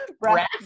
Breath